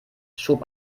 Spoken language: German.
schob